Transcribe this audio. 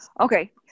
Okay